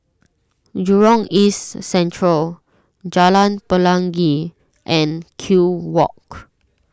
Jurong East Central Jalan Pelangi and Kew Walk